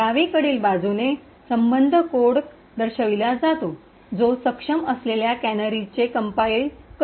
डावीकडील बाजूने संबद्ध कोड दर्शविला जातो जो सक्षम असलेल्या कॅनरीजने कंपाईल करतो